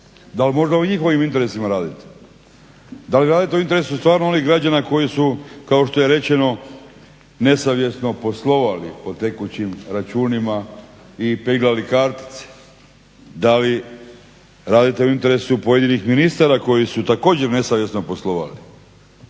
Dal možda u njihovim interesima radite? Da li radite u interesu stvarno onih građana koji su kao što je rečeno nesavjesno poslovao po tekućim računima i peglali kartice? Da li radite u interesu pojedinih ministara koji su također nesavjesno poslovali?